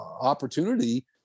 opportunity